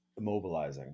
immobilizing